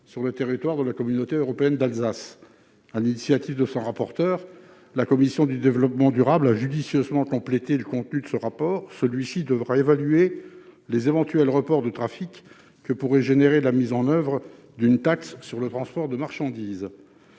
sur le territoire de la CEA. Sur l'initiative de son rapporteur, la commission du développement durable a judicieusement complété le contenu de ce rapport : celui-ci devra évaluer les éventuels reports de trafic que pourrait entraîner la mise en oeuvre d'une taxe sur le transport de marchandises.